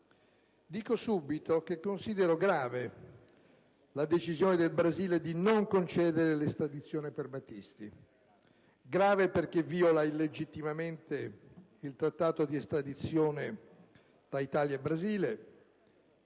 Dico subito che considero grave la decisione del Brasile di non concedere l'estradizione per Battisti. Grave perché viola illegittimamente il trattato di estradizione tra Italia e Brasile,